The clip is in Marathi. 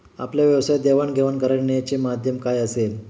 आपल्या व्यवसायात देवाणघेवाण करण्याचे माध्यम काय असेल?